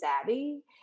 savvy